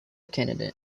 candidate